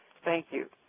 thank you.